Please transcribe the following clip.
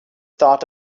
thought